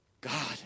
God